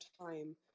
time